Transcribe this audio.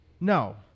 No